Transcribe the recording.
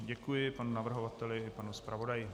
Děkuji panu navrhovateli i panu zpravodaji.